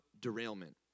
derailment